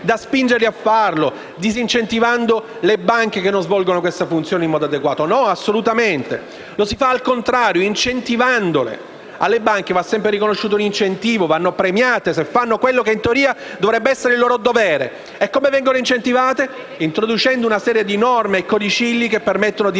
da spingerle a farlo, disincentivando le banche che non svolgono questa funzione in modo adeguato. No, assolutamente. Lo si fa, al contrario, incentivandole. Alle banche va sempre riconosciuto un incentivo, vanno premiate se fanno quello che in teoria dovrebbe essere il loro dovere. E come vengono incentivate? Introducendo una serie di norme e codicilli che permettono di